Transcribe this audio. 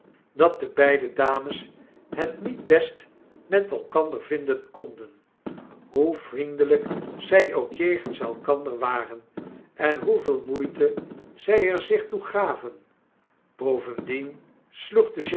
dat de beide dames het niet best met elkander vinden konden hoe vriendelp zij ook jegens elkander waren en hoeveel moeite zy er zich toe gaven bovendien